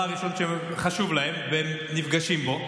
הראשון החשוב והדבר הראשון שהם נפגשים בו,